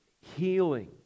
healing